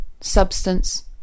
substance